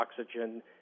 oxygen